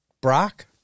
Brock